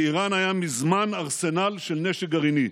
לאיראן היה מזמן ארסנל של נשק גרעיני.